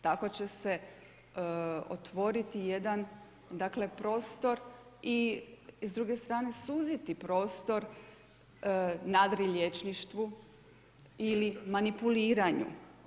Tako će se otvoriti jedan, dakle prostor i s druge strane suziti prostor nadriliječništvu ili manipuliranju.